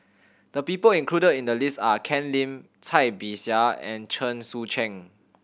the people included in the list are Ken Lim Cai Bixia and Chen Sucheng